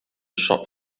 shot